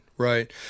Right